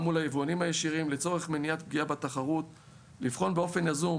מול היבואנים הישירים לצורך מניעת פגיעה בתחרות; לבחון באופן יזום